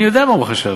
אני יודע מה הוא חשב.